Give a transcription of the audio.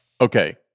Okay